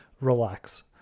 relax